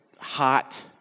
hot